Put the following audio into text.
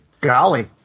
Golly